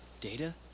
data